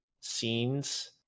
scenes